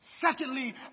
Secondly